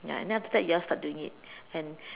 ya and then after that you all start doing it and